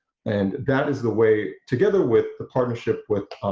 and that is the way together with the partnership with